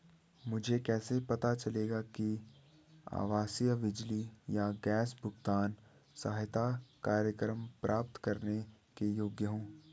मुझे कैसे पता चलेगा कि मैं आवासीय बिजली या गैस भुगतान सहायता कार्यक्रम प्राप्त करने के योग्य हूँ?